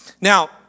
Now